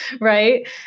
Right